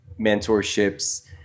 mentorships